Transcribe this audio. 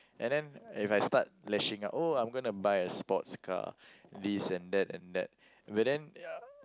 and then if I start lashing out oh I'm gonna buy a sports car this and that and that but then ya